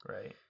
Right